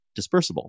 dispersible